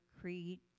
creed